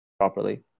properly